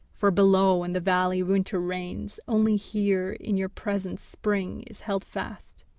for below in the valley winter reigns, only here in your presence spring is held fast,